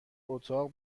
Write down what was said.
اتاق